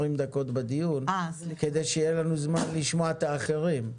דקות בדיון כדי שיהיה לנו זמן לשמוע את האחרים.